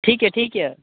ठीक यऽ ठीक यऽ